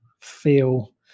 feel